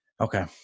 okay